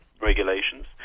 regulations